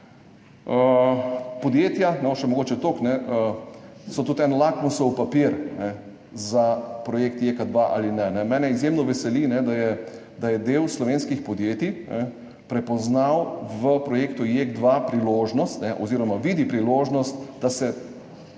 Podjetja, mogoče še toliko, so tudi en lakmusov papir za projekt JEK2 ali ne. Mene izjemno veseli, da je del slovenskih podjetij prepoznal v projektu JEK2 priložnost oziroma vidi priložnost,